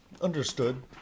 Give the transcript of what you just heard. understood